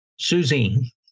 Susie